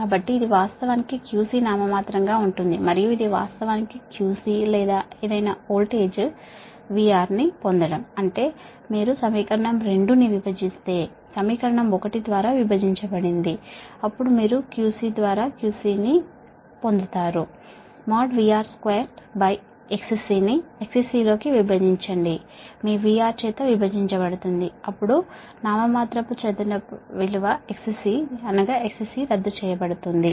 కాబట్టి ఇది వాస్తవానికి QC నామినల్ గా ఉంటుంది మరియు ఇది వాస్తవానికి QC లేదా ఏదైనా వోల్టేజ్ VR ను పొందడం అంటే మీరు సమీకరణం 2 ని విభజిస్తే సమీకరణం 1 ద్వారా విభజించబడింది అప్పుడు మీరు QC ద్వారా నామినల్ QC ను పొందుతారు దేనికి సమానంగా ఉంటుంది అంటే VR2XC ఇది XC ని VR చేత విభజిస్తే అప్పుడు నామినల్ XC వర్గం XC రద్దు చేయబడుతుంది